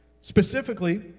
specifically